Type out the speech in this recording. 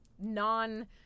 non